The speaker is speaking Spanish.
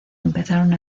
empezaron